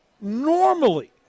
normally